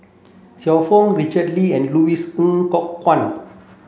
Xiu Fang Richard Kee and Louis Ng Kok Kwang